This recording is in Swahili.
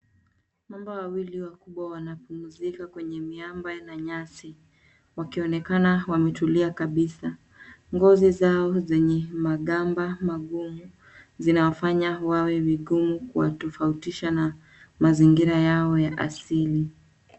Mamba wawili wakubwa wanapumzika kwenye miamba na nyasi wakionekana wametulia kabisa. Ngozi zao zenye magamba magumu zinawafanya wawe vigumu kuwatofautisha na mazingira yao ya asili.